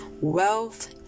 Wealth